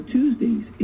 Tuesdays